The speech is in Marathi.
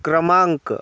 क्रमांक